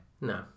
no